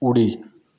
उडी